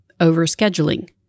overscheduling